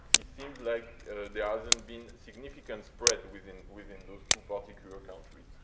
it seems like there hasn't been significant spread within within those two particular countries.